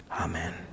Amen